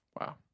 Wow